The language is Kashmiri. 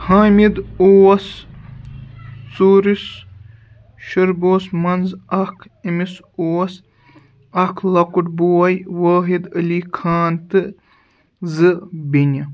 حامد اوس ژوٗرِس شُربوس منٛز اکھ أمِس اوس اکھ لۄکُٹ بوے وٲحد علی خان تہٕ زٕ بیٚنہِ